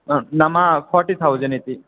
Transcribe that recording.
हा नाम forty thousand इति